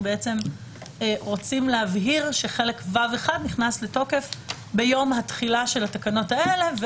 רוצים להבהיר שחלק ו'1 נכנס לתוקף ביום התחילה של התקנות האלה.